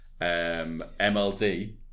MLD